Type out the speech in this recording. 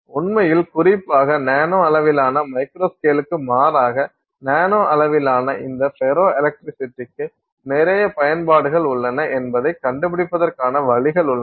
உண்மையில் குறிப்பாக நானோ அளவிலான மைக்ரோ ஸ்கேலுக்கு மாறாக நானோ அளவிலான இந்த ஃபெரோஎலக்ட்ரிசிட்டிக்கு நிறைய பயன்பாடுகள் உள்ளன என்பதைக் கண்டுபிடிப்பதற்கான வழிகள் உள்ளன